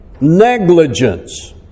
negligence